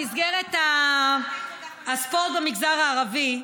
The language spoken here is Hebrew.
במסגרת הספורט במגזר הערבי,